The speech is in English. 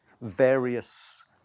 various